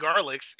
Garlics